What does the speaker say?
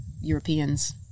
Europeans